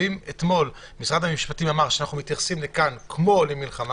ואם אתמול משרד המשפטים אמר שאנחנו מתייחסים לכאן כמו למלחמה,